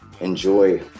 enjoy